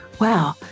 Wow